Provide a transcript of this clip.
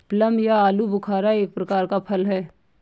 plum या आलूबुखारा एक प्रकार का फल है